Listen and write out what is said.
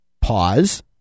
pause